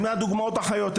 הם מהדוגמאות החיות.